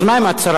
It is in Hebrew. אז מה אם את שרה?